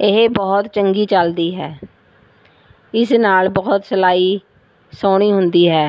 ਇਹ ਬਹੁਤ ਚੰਗੀ ਚੱਲਦੀ ਹੈ ਇਸ ਨਾਲ ਬਹੁਤ ਸਿਲਾਈ ਸੋਹਣੀ ਹੁੰਦੀ ਹੈ